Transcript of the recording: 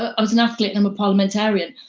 as an athlete and a parliamentarian,